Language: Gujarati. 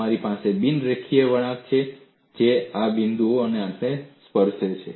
તમારી પાસે બિન રેખીય વળાંક છે જે આ બિંદુએ આને સ્પર્શે છે